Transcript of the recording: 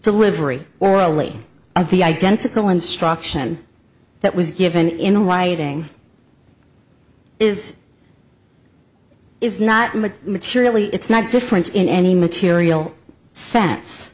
delivery orally of the identical instruction that was given in writing is it's not materially it's not different in any material sense